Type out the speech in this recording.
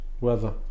weather